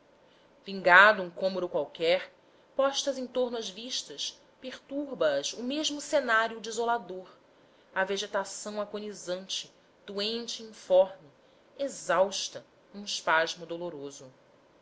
vingando um cômoro qualquer postas em torno as vistas perturba as o mesmo cenário desolador a vegetação agonizante doente e informe exausta num espasmo doloroso